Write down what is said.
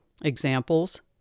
Examples